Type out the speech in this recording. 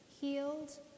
healed